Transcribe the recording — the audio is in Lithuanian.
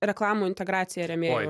reklamų integracija rėmėjų